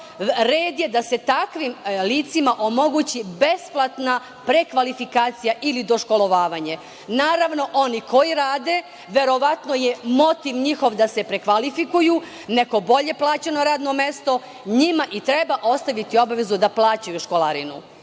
red je da se takvim licima omogući prekvalifikacija ili doškolovavanje. Naravno, oni koji rade, verovatno je njihov motiv da se prekvalifikuju na neko bolje plaćeno radno mesto, njima i treba ostaviti obavezu da plaćaju školarinu. Kod